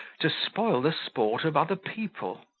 to spoil the sport of other people.